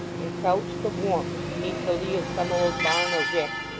and crouch for warmth beneath the lee of some old barn or rick,